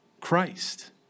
Christ